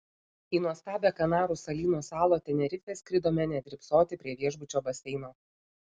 į nuostabią kanarų salyno salą tenerifę skridome ne drybsoti prie viešbučio baseino